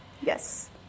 Yes